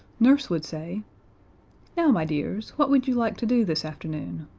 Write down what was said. nurse would say now, my dears, what would you like to do this afternoon?